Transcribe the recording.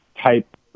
type